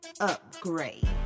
upgrade